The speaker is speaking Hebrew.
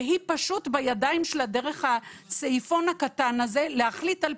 ובידיים שלה דרך הסעיפון הקטן הזה להחליט על